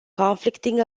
conflicting